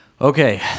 Okay